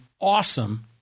awesome